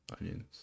Onions